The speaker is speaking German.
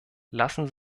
lassen